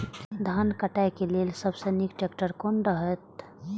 धान काटय के लेल सबसे नीक ट्रैक्टर कोन रहैत?